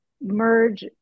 merge